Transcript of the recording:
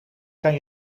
kan